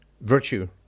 virtue